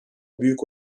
büyük